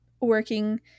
Working